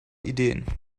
ideen